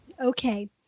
okay